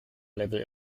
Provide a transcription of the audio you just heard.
level